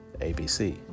ABC